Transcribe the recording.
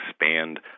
expand